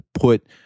put